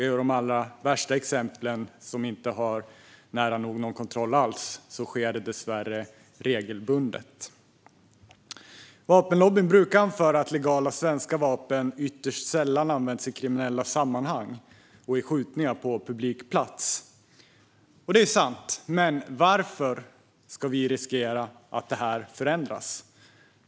I de allra värsta exemplen, som nära nog inte har någon kontroll alls, sker det dessvärre regelbundet. Vapenlobbyn brukar anföra att legala svenska vapen ytterst sällan används i kriminella sammanhang och i skjutningar på publik plats. Det är sant. Men varför ska vi riskera att detta förändras?